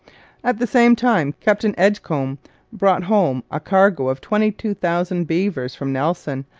at the same time captain edgecombe brought home a cargo of twenty two thousand beavers from nelson,